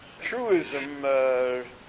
truism